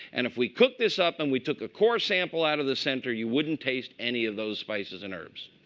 and if we cook this up and we took a core sample out of the center, you wouldn't taste any of those spices and herbs.